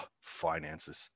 Finances